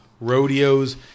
rodeos